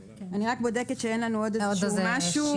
אני רק בודקת שאין לנו עוד איזשהו משהו.